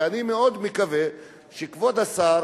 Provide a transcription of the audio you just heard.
ואני מאוד מקווה שכבוד השר,